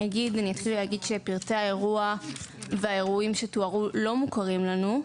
אתחיל ואגיד שפרטי האירוע והאירועים שתוארו לא מוכרים לנו,